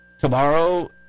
tomorrow